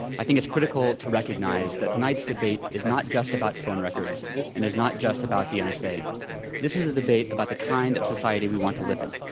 i think it's critical to recognize that tonight's debate is not just about phone records and is not just about the and nsa. this is a debate about the kind of society we want to live in.